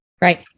Right